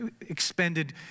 expended